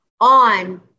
on